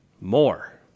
more